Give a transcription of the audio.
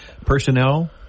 personnel